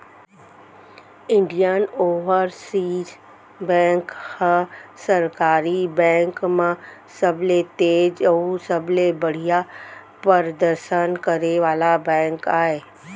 Indian overseas bank ह सरकारी bank म सबले तेज अउ सबले बड़िहा परदसन करे वाला बेंक आय